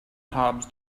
hobs